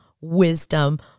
Wisdom